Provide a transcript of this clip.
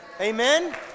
Amen